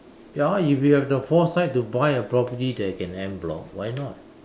ya if you have the foresight to buy a property that it can en-bloc why not